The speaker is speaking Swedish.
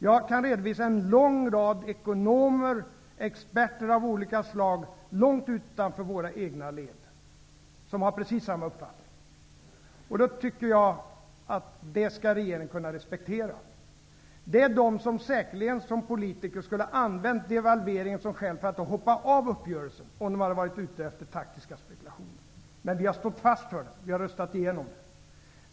Jag kan redovisa en lång rad ekonomer och experter av olika slag långt utanför våra egna led som har precis samma uppfattning. Jag tycker att regeringen skall kunna respektera det. Det finns säkerligen politiker som skulle ha använt devalveringen som skäl för att hoppa av uppgörelsen -- om de hade varit ute efter taktiska spekulationer. Men vi har stått fast vid uppgörelsen och röstat igenom den.